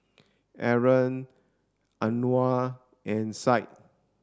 Aaron Anuar and Syed